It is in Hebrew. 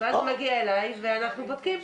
ואז זה מגיע אלי ואנחנו בודקים.